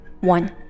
One